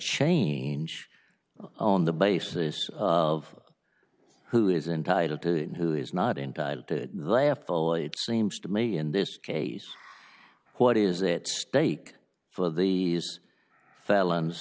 change on the basis of who is entitled to and who is not entitled to laugh though it seems to me in this case what is it stake for the felons